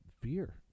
fear